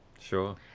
Sure